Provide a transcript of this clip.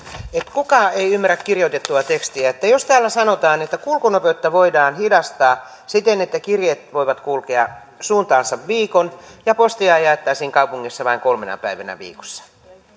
kuka ei ymmärrä kirjoitettua tekstiä jos täällä sanotaan että kulkunopeutta voidaan hidastaa siten että kirjeet voivat kulkea suuntaansa viikon ja postia jaettaisiin kaupungissa vain kolmena päivänä viikossa